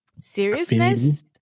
seriousness